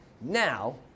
now